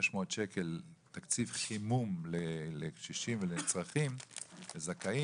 600 שקל תקציב חימום לקשישים ולזכאים,